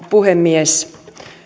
puhemies